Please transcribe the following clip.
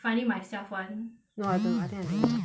finding myself [one] no I don't know I think I don't know